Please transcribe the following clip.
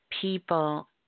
people